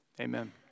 amen